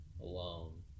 alone